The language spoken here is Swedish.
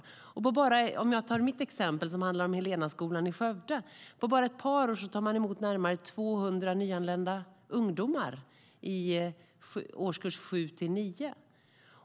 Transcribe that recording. I mitt exempel handlade det om Helenaskolan i Skövde. På bara ett par år har man tagit emot närmare 200 nyanlända ungdomar i årskurserna 7-9.